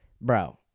Bro